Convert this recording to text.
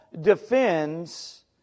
defends